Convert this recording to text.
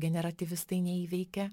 generatyvistai neįveikė